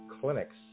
Clinics